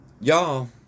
Y'all